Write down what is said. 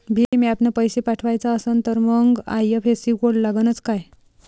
भीम ॲपनं पैसे पाठवायचा असन तर मंग आय.एफ.एस.सी कोड लागनच काय?